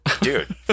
Dude